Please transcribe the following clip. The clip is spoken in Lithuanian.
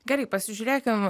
gerai pasižiūrėkim